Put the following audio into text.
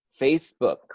Facebook